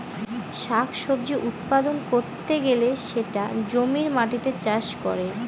শাক সবজি উৎপাদন করতে গেলে সেটা জমির মাটিতে চাষ করে